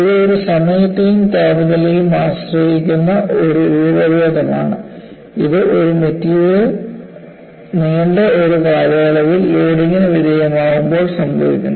ഇത് ഒരു സമയത്തെയും താപനിലയെയും ആശ്രയിക്കുന്ന ഒരു രൂപഭേദം ആണ് ഇത് ഒരു മെറ്റീരിയൽ നീണ്ട ഈ കാലയളവിൽ ലോഡിന് വിധേയമാകുമ്പോൾ സംഭവിക്കുന്നു